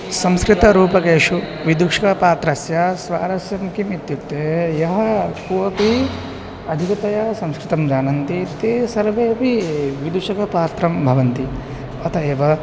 संस्कृतरूपकेषु विदुषपात्रस्य स्वारस्यं किम् इत्युक्ते यः कोपि अधिकतया संस्कृतं जानन्ति ते सर्वेपि विदुषपात्रं भवन्ति अतः एव